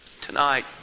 Tonight